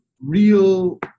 real